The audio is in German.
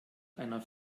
einer